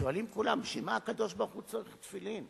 שואלים כולם: בשביל מה הקדוש-ברוך-הוא צריך תפילין?